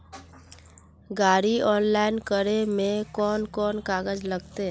गाड़ी ऑनलाइन करे में कौन कौन कागज लगते?